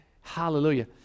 Hallelujah